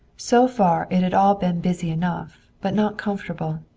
so far it had all been busy enough, but not comfortable.